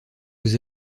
aux